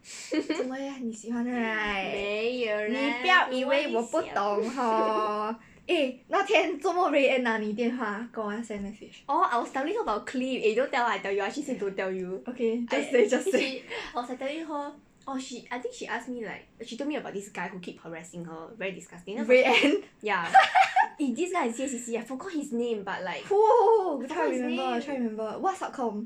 做什么 leh 你喜欢 right 不要以为我不懂 hor eh 那天做什么 rui ann 拿你电话 ah 跟我们 send message just say just say rui ann who who who try to remember try to remember what sub com